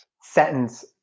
sentence